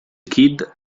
kid